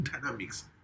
dynamics